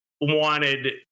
wanted